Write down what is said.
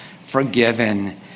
forgiven